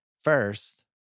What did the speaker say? First